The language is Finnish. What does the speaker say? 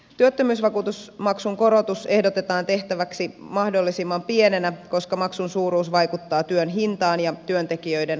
työttömyysvakuutusmaksun korotus ehdotetaan tehtäväksi mahdollisimman pienenä koska maksun suuruus vaikuttaa työn hintaan ja työntekijöiden ostovoimaan